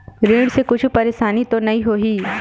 ऋण से कुछु परेशानी तो नहीं होही?